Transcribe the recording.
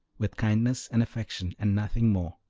with kindness and affection, and nothing more.